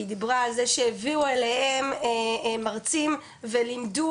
היא דיברה על זה שהביאו אליהם מרצים ולימדו